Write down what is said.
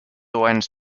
went